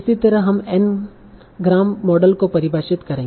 इसी तरह हम एन ग्राम मॉडल को परिभाषित करेंगे